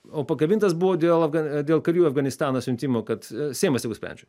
o pakabintas buvo dialogą dėl karių afganistano siuntimo kad seimas tegu sprendžia